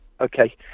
Okay